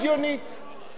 כל כך פשוטה.